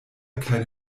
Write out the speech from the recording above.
keine